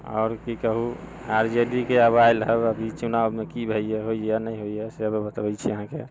आओर की कहू आर जे डी के अब आयल हय अभी चुनावमे की होइए नहि होइए से अभी बतबै छी अहाँके